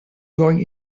going